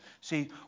See